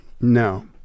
No